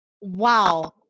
wow